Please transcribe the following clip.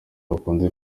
bakunze